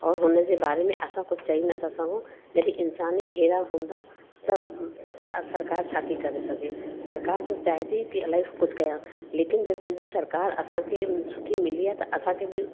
ऐं हुनजे बारे में असां कुझु चई नथा सघूं जॾहिं इंसानी अहिड़ा हूंदा त सरकारि छा करे थी सघे सरकारि जो चाहे थी कि इलाही कुझु कयां लेकिनि जो सॼी सरकारि असांखे सुठी मिली आहे त असांखे बि